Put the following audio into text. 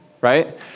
right